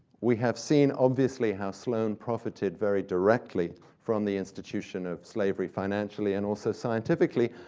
we have seen, obviously, how sloane profited very directly from the institution of slavery, financially and also scientifically,